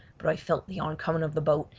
but i felt the oncoming of the boat,